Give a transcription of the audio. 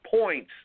points